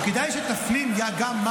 וכדאי שתפנים גם,